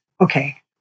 Okay